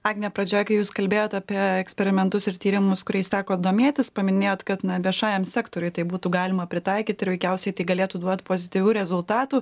agne pradžioj kai jūs kalbėjot apie eksperimentus ir tyrimus kuriais teko domėtis paminėjot kad na viešajam sektoriui tai būtų galima pritaikyt ir veikiausiai tai galėtų duot pozityvių rezultatų